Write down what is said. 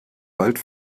bald